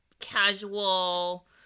casual